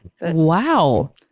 Wow